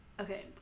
Okay